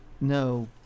no